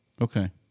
Okay